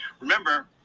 Remember